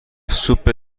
سوپ